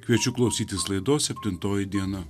kviečiu klausytis laidos septintoji diena